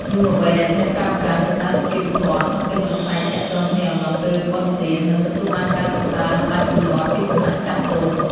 យុវវ័យដែលចេះប្រើប្រាស់ "ភាសាសុជីវធម៌" ក្នុងពេលប្រាស្រ័យទាក់ទងគ្នាអំឡុងពេលបុណ្យទាន នឹងទទួលបានការសរសើរមិនដាច់ពីមាត់ពីសំណាក់ចាស់ទុំ។